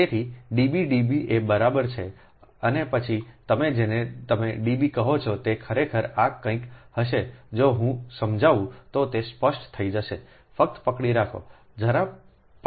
તેથી ડબ ડબ એ બરાબર છે અને પછી તમે જેને તમે ડબ કહો છો તે ખરેખર આ કંઈક હશે જો હું સમજાવું તો તે સ્પષ્ટ થઈ જશે ફક્ત પકડી રાખો જરા પકડો